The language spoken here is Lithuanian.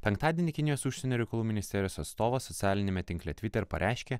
penktadienį kinijos užsienio reikalų ministerijos atstovas socialiniame tinkle twitter pareiškė